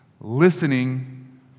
listening